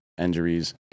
injuries